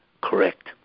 Correct